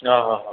हा हा हा